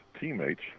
teammates